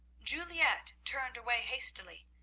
juliette turned away hastily,